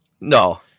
No